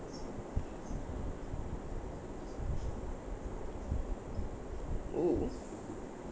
oh